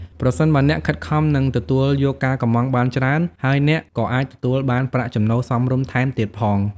ប្រសិនបើអ្នកខិតខំ និងទទួលយកការកម្ម៉ង់បានច្រើន ហើយអ្នកក៏អាចទទួលបានប្រាក់ចំណូលសមរម្យថែមទៀតផង។